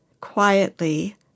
quietly